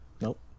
Nope